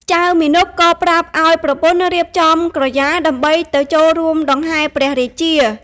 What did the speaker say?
ចៅមាណពក៏ប្រាប់ឱ្យប្រពន្ធរៀបចំក្រយាដើម្បីទៅចូលរួមដង្ហែព្រះរាជា។